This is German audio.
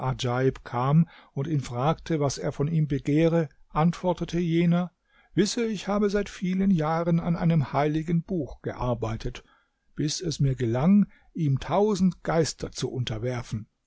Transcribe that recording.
kam und ihn fragte was er von ihm begehre antwortete jener wisse ich habe seit vielen jahren an einem heiligen buch gearbeitet bis es mir gelang ihm tausend geister zu unterwerfen